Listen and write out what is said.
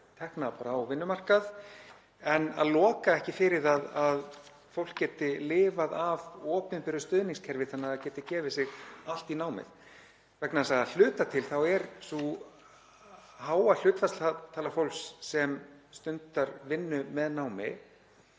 tekjur á vinnumarkaði og loka ekki fyrir það að fólk geti lifað af opinberu stuðningskerfi þannig að það geti gefið sig allt í námið. Að hluta til er sú háa hlutfallstala fólks sem stundar vinnu með námi